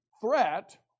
threat